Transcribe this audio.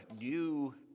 new